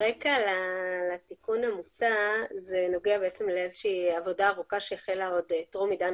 הרקע לתיקון המוצע נוגע לאיזושהי עבודה ארוכה שהחלה עוד טרום עידן